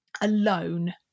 alone